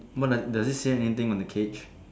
more like does it say anything on the cage